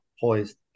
poised